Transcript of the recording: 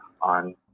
on